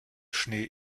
schnee